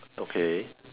okay